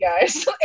guys